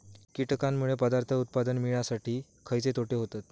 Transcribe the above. कीटकांनमुळे पदार्थ उत्पादन मिळासाठी खयचे तोटे होतत?